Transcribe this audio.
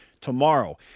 tomorrow